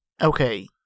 Okay